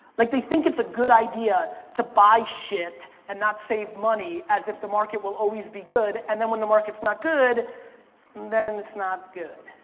like they think it's a good idea to buy shit and not save money as if the market will always be good and then when the market's not good then and it's not good.